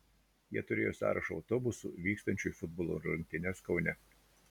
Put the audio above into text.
jie turėjo sąrašą autobusų vykstančių į futbolo rungtynes kaune